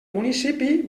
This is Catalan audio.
municipi